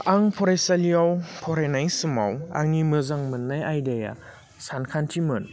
आं फरायसालियाव फरायनाय समाव आंनि मोजां मोन्नाय आयदाया सानखान्थिमोन